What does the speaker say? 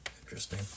Interesting